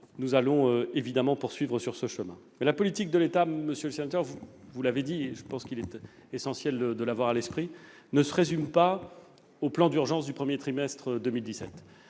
Nous allons évidemment poursuivre sur ce chemin. Mais la politique de l'État, monsieur le sénateur, vous l'avez dit et je pense qu'il est essentiel de l'avoir à l'esprit, ne se résume pas au plan d'urgence du premier trimestre 2017.